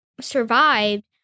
survived